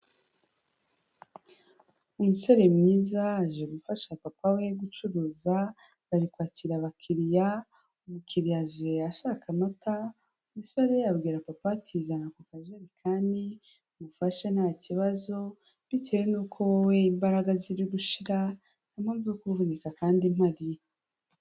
Umusore mwiza aje gufasha papa we gucuruza, ari kwakira abakiriya, umukiriya aje yashaka amata, umusore abwira papa ati zana ako kajerekani ngufashe nta kibazo, bitewe nuko wowe imbaraga ziri gushira nta mpamvu yo kuvunika kandi mpari.